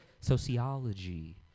sociology